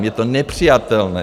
Je to nepřijatelné.